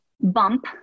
bump